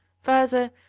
further,